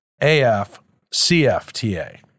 AF-CFTA